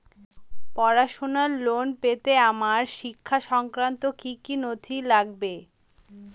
পড়াশুনোর লোন পেতে আমার শিক্ষা সংক্রান্ত কি কি নথি লাগবে?